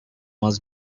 was